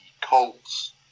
Colts